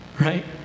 Right